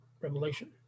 Revelation